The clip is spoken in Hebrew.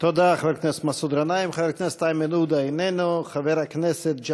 תודה, חבר הכנסת מסעוד גנאים.